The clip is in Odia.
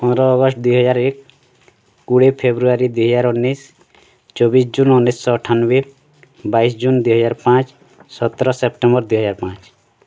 ପନ୍ଦର ଅଗଷ୍ଟ ଦୁଇ ହଜାର ଏକ କୋଡ଼ିଏ ଫେବୃୟାରୀ ଦୁଇ ହଜାର ଉଣେଇଶି ଚିବଶି ଜୁନ୍ ଉଣେଇଶିଶହ ଅଠାନବେ ବାଇଶି ଜୁନ୍ ଦୁଇ ହଜାର ପାଞ୍ଚ ସତର ସେପ୍ଟେମ୍ବର ଦୁଇ ହଜାର ପାଞ୍ଚ